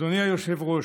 אדוני היושב-ראש,